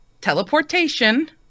teleportation